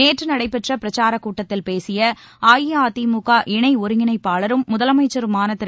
நேற்று நடைபெற்ற பிரச்சாரக் கூட்டத்தில் பேசிய அஇஅதிமுக இணை ஒருங்கிணைப்பாளரும் முதலமைச்சருமான திரு